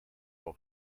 what